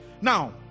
Now